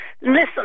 Listen